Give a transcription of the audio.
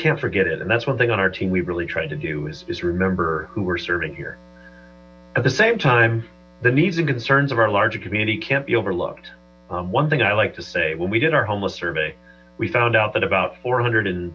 can't forget it and that's one thing on our team we really tried to do is remember who were serving here at the same time the needs and concerns of our larger community can't be overlooked one thing i like to say when we did our homeless survey we found out that about four hundred and